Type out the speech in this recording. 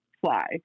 fly